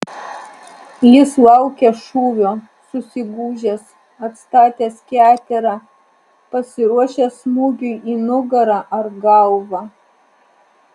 jis laukia šūvio susigūžęs atstatęs keterą pasiruošęs smūgiui į nugarą ar galvą